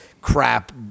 crap